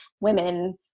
women